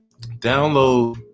Download